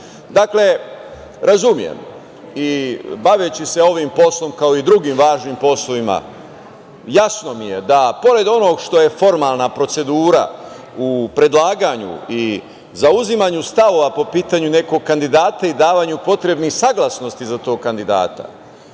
Pazara. Dakle, razumem i baveći se ovim poslom, kao i drugim važnim poslovima, jasno mi je da pored onoga što je formalna procedura u predlaganju i zauzimanju stavova po pitanju nekog kandidata i davanju potrebnih saglasnosti za tog kandidata,